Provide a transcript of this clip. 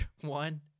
one